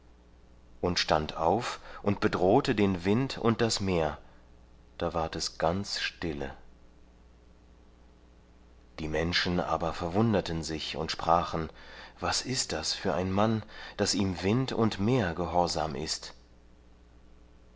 und stand auf und bedrohte den wind und das meer da ward es ganz stille die menschen aber verwunderten sich und sprachen was ist das für ein mann daß ihm wind und meer gehorsam ist